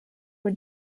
were